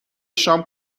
شام